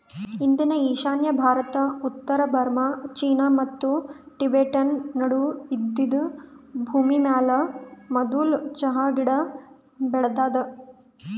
ಇಂದಿನ ಈಶಾನ್ಯ ಭಾರತ, ಉತ್ತರ ಬರ್ಮಾ, ಚೀನಾ ಮತ್ತ ಟಿಬೆಟನ್ ನಡು ಇದ್ದಿದ್ ಭೂಮಿಮ್ಯಾಲ ಮದುಲ್ ಚಹಾ ಗಿಡ ಬೆಳದಾದ